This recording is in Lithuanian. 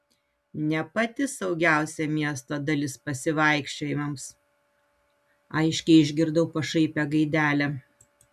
ne pati saugiausia miesto dalis pasivaikščiojimams aiškiai išgirdau pašaipią gaidelę